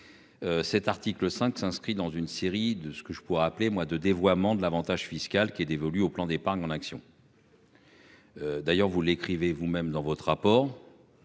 de ce que je pourrais appeler moi de dévoiement de l'Avantage fiscal qui est dévolu au plan d'épargne en actions. D'ailleurs, vous l'écrivez vous-même dans votre rapport.